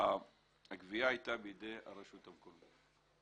הגבייה הייתה בידי הרשות המקומית.